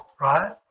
right